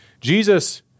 Jesus